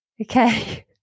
Okay